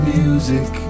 music